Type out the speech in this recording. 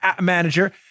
manager